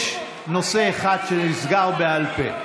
יש נושא אחד שנסגר בעל פה.